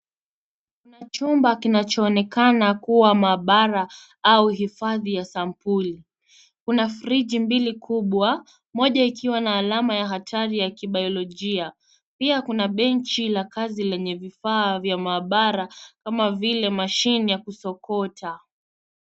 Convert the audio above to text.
Kuna chumba kinachoonekana kuwa maabara ua hifadhi ya sampuli. Kuna friji moja kubwa moja ikiwa na alama ya hatari ya kibayolojia. Pia kuna benchi la kazi lenye vifaa vya maabara kama vile mashini ya kusokota.